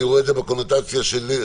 אני רואה את זה בקונוטציה שלנו.